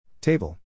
Table